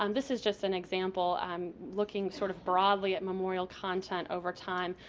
um this is just an example um looking sort of broadly at memorial content over time.